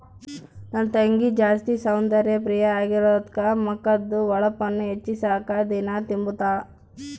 ನನ್ ತಂಗಿ ಜಾಸ್ತಿ ಸೌಂದರ್ಯ ಪ್ರಿಯೆ ಆಗಿರೋದ್ಕ ಮಕದ್ದು ಹೊಳಪುನ್ನ ಹೆಚ್ಚಿಸಾಕ ದಿನಾ ತಿಂಬುತಾಳ